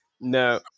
No